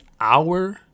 hour